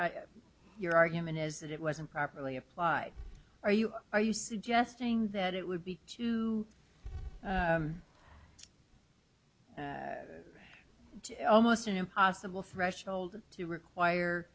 your argument is that it wasn't properly applied are you are you suggesting that it would be to almost an impossible threshold to require